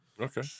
Okay